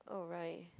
oh right